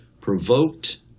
provoked